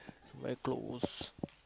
my clothes